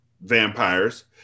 vampires